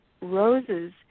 roses